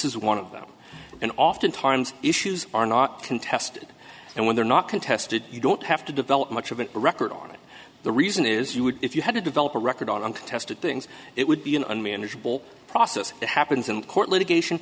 is one of them and oftentimes issues are not contested and when they're not contested you don't have to develop much of a record on it the reason is you would if you had to develop a record on uncontested things it would be an unmanageable process that happens in court litigation